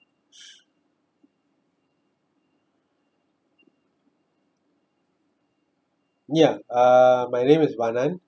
ya uh my name is uh vanan